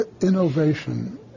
innovation